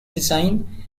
design